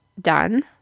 done